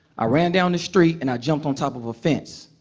i ran down the street, and i jumped on top of a fence.